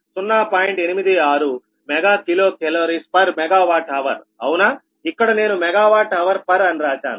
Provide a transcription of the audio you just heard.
86 MkCalMWHrఅవునా ఇక్కడ నేను మెగావాట్ హవర్ పర్ అని రాశాను